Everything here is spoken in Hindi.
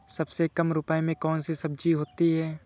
सबसे कम रुपये में कौन सी सब्जी होती है?